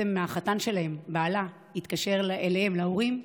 החתן שלהם, בעלה, התקשר אליהם, להורים,